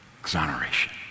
Exoneration